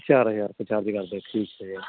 ਚਾਰ ਹਜ਼ਾਰ ਰੁਪਇਆ ਚਾਰਜ ਕਰਦੇ ਠੀਕ ਹੈ